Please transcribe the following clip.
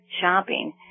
shopping